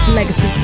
Legacy